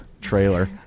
trailer